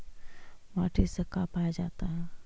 माटी से का पाया जाता है?